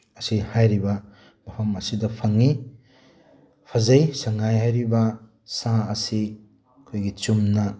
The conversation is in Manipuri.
ꯑꯁꯤ ꯍꯥꯏꯔꯤꯕ ꯃꯐꯝ ꯑꯁꯤꯗ ꯐꯪꯉꯤ ꯐꯖꯩ ꯁꯉꯥꯏ ꯍꯥꯏꯔꯤꯕ ꯁꯥ ꯑꯁꯤ ꯑꯩꯈꯣꯏꯒꯤ ꯆꯨꯝꯅ